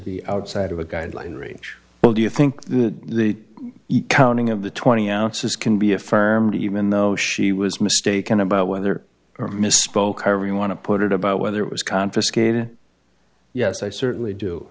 be outside of a guideline range well do you think that the economy of the twenty ounces can be affirmed even though she was mistaken about whether or misspoke you want to put it about whether it was confiscated yes i certainly do